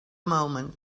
moment